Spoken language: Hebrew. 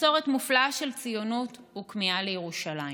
מסורת מופלאה של ציונות וכמיהה לירושלים.